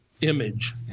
image